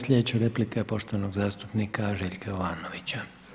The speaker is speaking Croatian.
Sljedeća replika je poštovanog zastupnika Željka Jovanovića.